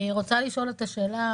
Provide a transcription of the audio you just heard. אני רוצה לשאול את השאלה,